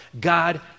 God